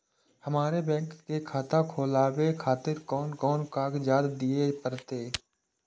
हमरो बैंक के खाता खोलाबे खातिर कोन कोन कागजात दीये परतें?